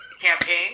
campaign